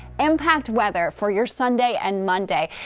impact weather for your sunday and monday.